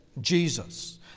jesus